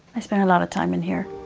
i spend a lot of time in here.